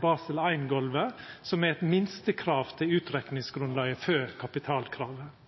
Basel I-golvet, som eit minstekrav til utrekningsgrunnlaget for kapitalkravet.